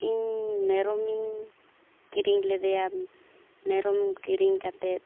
ᱤᱧ ᱢᱮᱨᱚᱢᱤᱧ ᱠᱤᱨᱤᱧ ᱞᱮᱫᱮᱭᱟ ᱢᱮᱨᱚᱢ ᱠᱤᱨᱤᱧ ᱠᱟᱛᱮᱫ